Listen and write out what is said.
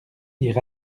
dire